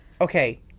Okay